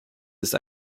ist